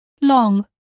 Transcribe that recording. long